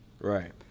Right